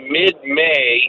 mid-May